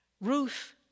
Ruth